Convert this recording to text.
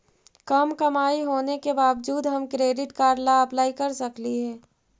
कम कमाई होने के बाबजूद हम क्रेडिट कार्ड ला अप्लाई कर सकली हे?